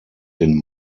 den